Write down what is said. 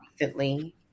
recently